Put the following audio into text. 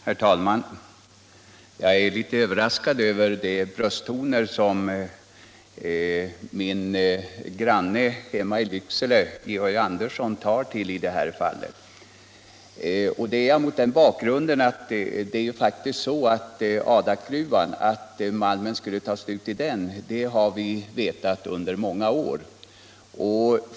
Herr talman! Jag är litet överraskad av de brösttoner som min granne hemma i Lycksele, Georg Andersson, tar till i detta fall. Att malmen i Adakgruvan skulle ta slut har vi vetat under många år.